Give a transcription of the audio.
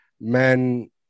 Men